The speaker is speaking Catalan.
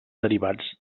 derivats